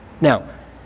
Now